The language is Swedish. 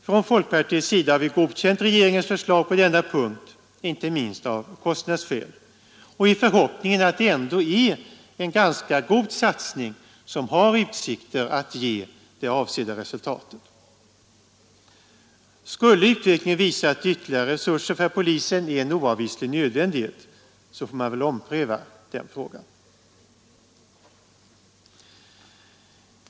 Från folkpartiets sida har vi godtagit regeringens förslag på denna punkt, inte minst av kostnadsskäl och i förhoppningen att det ändå är en ganska stor satsning som har utsikter att ge det avsedda resultatet. Skulle utvecklingen visa att ytterligare resurser för polisen är en oavvislig nödvändighet får man väl ompröva den frågan.